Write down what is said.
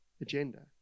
agenda